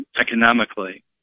economically